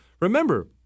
Remember